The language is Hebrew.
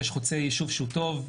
כשיש חוצה ישוב שהוא טוב,